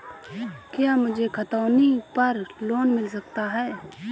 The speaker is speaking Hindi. क्या मुझे खतौनी पर लोन मिल सकता है?